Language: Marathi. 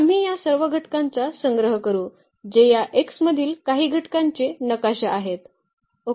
तर आम्ही या सर्व घटकांचा संग्रह करू जे या X मधील काही घटकांचे नकाशा आहेत